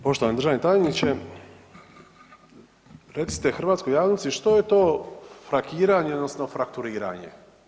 Poštovani državni tajniče, recite hrvatskoj javnosti što je to frakiranje odnosno frakturiranje?